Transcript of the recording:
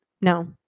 No